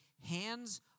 hands